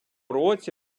році